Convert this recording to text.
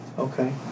Okay